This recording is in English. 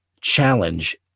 challenge